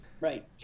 Right